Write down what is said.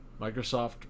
Microsoft